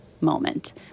moment